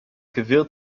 gewirr